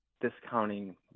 discounting